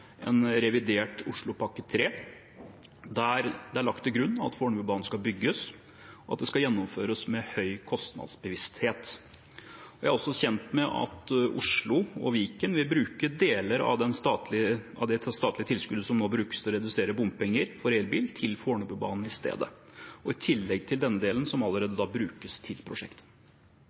en revidert Oslopakke 3, der det er lagt til grunn at Fornebubanen skal bygges, og at det skal gjennomføres med høy kostnadsbevissthet. Jeg er også kjent med at Oslo og Viken vil bruke deler av det statlige tilskuddet som nå brukes til å redusere bompenger for elbil, til Fornebubanen i stedet, i tillegg til den delen som allerede brukes til prosjektet.